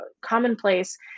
commonplace